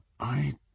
I